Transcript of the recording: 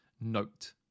note